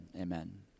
amen